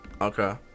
okay